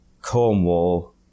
Cornwall